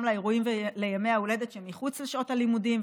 לאירועים ולימי ההולדת שמחוץ לשעות הלימודים,